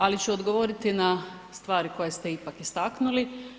Ali ću govoriti na stvari koje ste ipak istaknuli.